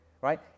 Right